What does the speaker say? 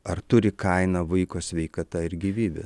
ar turi kainą vaiko sveikata ir gyvybė